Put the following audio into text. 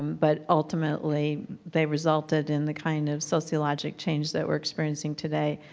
but ultimately they resulted in the kind of sociologic change that we're experiencing today.